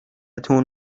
تون